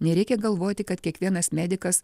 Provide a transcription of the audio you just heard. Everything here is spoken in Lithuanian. nereikia galvoti kad kiekvienas medikas